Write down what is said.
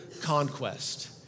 conquest